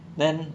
!wah!